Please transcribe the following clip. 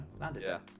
landed